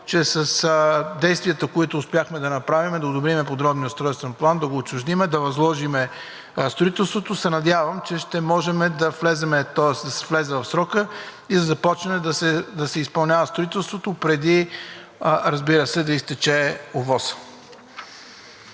че с действията, които успяхме да направим – да одобрим подробния устройствен план, да отчуждим, да възложим строителството, ще може да се влезе в срока и да започне да се изпълнява строителството, преди, разбира се, да изтече